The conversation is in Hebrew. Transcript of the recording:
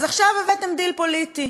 אז עכשיו הבאתם דיל פוליטי,